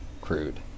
crude